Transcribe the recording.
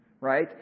right